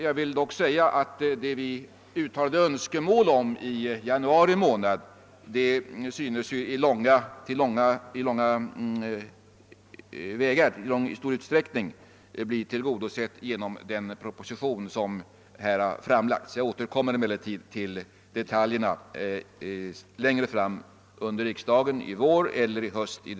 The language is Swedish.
Jag vill dock säga att det önskemål vi uttalade i januari månad i stor utsträckning synes bli tillgodosett genom den proposition som har framlagts. Jag återkommer emellertid till detaljerna längre fram under riksdagen i vår eller i höst.